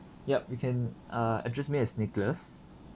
yup you can uh address me as nicholas